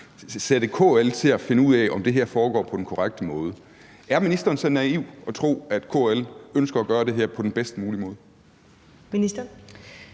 sætte KL til at finde ud af, om det her foregår på den korrekte måde. Er ministeren så naiv at tro, at KL ønsker at gøre det her på den bedst mulige måde?